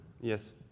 Yes